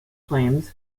claims